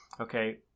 Okay